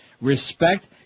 Respect